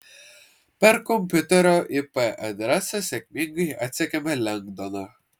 per kompiuterio ip adresą sėkmingai atsekėme lengdoną